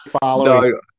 following